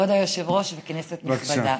כבוד היושב-ראש וכנסת נכבדה,